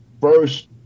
first